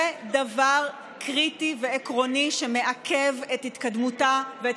זה דבר קריטי ועקרוני שמעכב את התקדמותה ואת